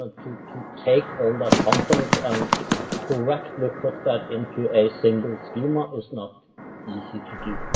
ah to to take all that content and correctly put that into a single schema is not easy to do.